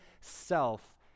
self